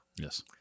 Yes